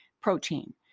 protein